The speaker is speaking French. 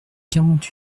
quarante